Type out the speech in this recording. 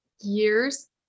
years